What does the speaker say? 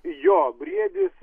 jo briedis